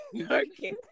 Okay